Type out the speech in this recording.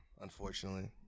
Unfortunately